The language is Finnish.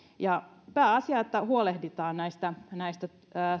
pääasia että huolehditaan näistä näistä